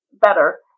better